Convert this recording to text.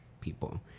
people